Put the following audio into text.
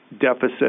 deficit